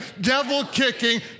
devil-kicking